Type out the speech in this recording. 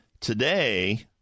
Today